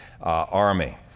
army